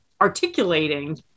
articulating